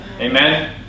Amen